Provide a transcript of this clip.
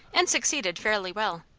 and succeeded fairly well.